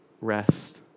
rest